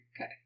Okay